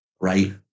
right